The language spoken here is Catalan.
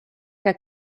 que